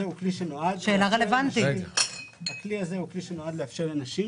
שנועד לאפשר לנשים